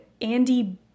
Andy